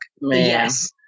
yes